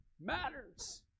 matters